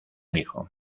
hijo